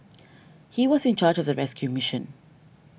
he was in charge of the rescue mission